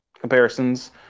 comparisons